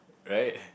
right